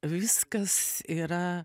viskas yra